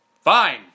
Fine